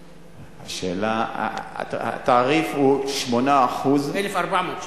השאלה, התעריף הוא 8% 1,400 שקל.